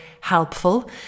helpful